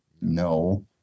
No